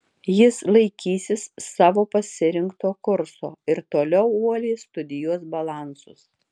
jis laikysis savo pasirinkto kurso ir toliau uoliai studijuos balansus